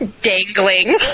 dangling